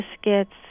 biscuits